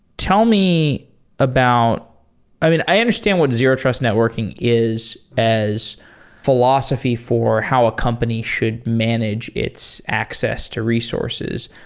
tell me about i mean, i understand what zero-trust networking is as philosophy for how a company should manage its access to resources.